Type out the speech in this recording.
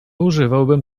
używałabym